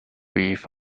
width